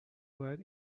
باید